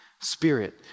spirit